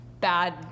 bad